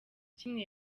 kimwe